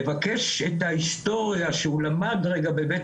מבקש את ההיסטוריה שהוא למד רגע בבית